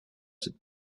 cette